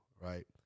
right